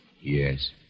Yes